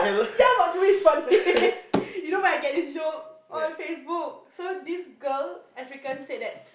ya but to me is funny you know where I get this joke on Facebook so this girl African said that